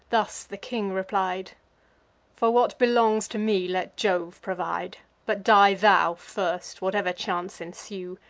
thus the king replied for what belongs to me, let jove provide but die thou first, whatever chance ensue.